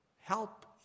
help